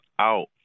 out